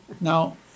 now